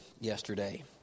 yesterday